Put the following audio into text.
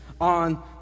on